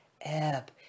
ebb